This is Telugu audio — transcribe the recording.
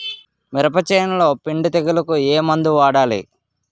మినప చేనులో పిండి తెగులుకు ఏమందు వాడాలి?